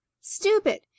stupid